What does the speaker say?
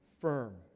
firm